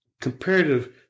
comparative